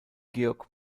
georg